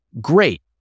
great